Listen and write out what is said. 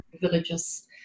villages